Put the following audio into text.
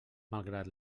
malgrat